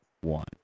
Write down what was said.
one